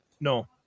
No